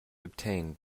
obtained